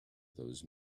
those